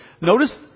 notice